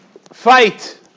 fight